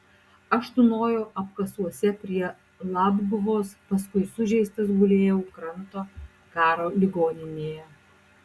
aš tūnojau apkasuose prie labguvos paskui sužeistas gulėjau kranto karo ligoninėje